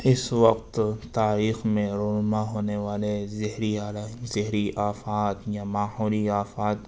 اس وقت تاریخ میں رونما ہونے والے زہری زہری آفات یا ماحولی آفات